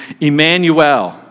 Emmanuel